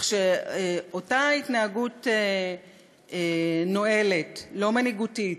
כך שאותה התנהגות נואלת, לא מנהיגותית,